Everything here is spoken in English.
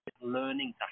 learning